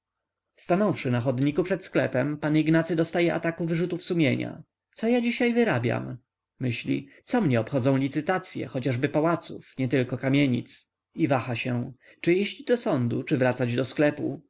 miasta stanąwszy na chodniku przed sklepem pan ignacy dostaje ataku wyrzutów sumienia co ja dziś wyrabiam myśli co mnie obchodzą licytacye choćby pałaców nietylko kamienic i waha się czy iść do sądu czy wracać do sklepu